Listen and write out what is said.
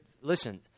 Listen